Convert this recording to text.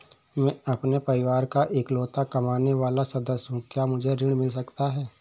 मैं अपने परिवार का इकलौता कमाने वाला सदस्य हूँ क्या मुझे ऋण मिल सकता है?